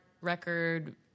record